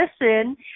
listen